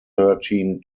thirteen